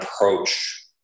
approach